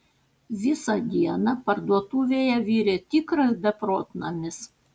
visą dieną parduotuvėje virė tikras beprotnamis